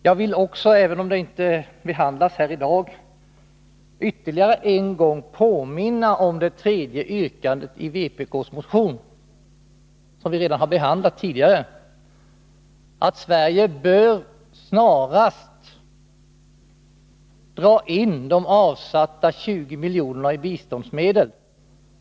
Jag vill också — även om det inte behandlas här i dag — ytterligare en gång påminna om det tredje yrkandet i vpk:s motion, som vi redan har behandlat tidigare, nämligen att Sverige snarast bör dra in de 20 miljonerna som avsatts till biståndsmedel.